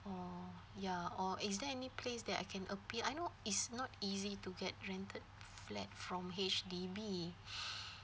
or ya or is there any place that I can appear I know it's not easy to get rented flat from H_D_B